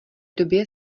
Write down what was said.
době